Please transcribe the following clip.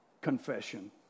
confession